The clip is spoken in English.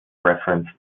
referenced